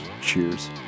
cheers